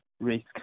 risk